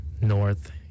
North